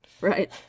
Right